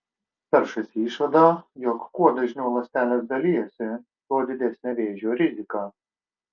peršasi išvada jog kuo dažniau ląstelės dalijasi tuo didesnė vėžio rizika